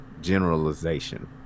generalization